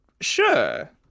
sure